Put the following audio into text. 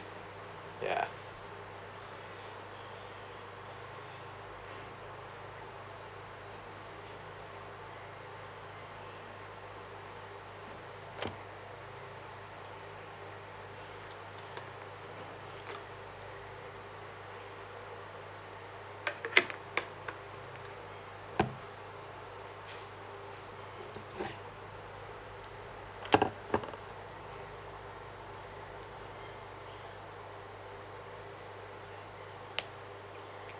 ya